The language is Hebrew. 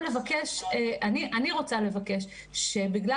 אני רוצה לבקש ואני מצפה ממשרד החינוך שבגלל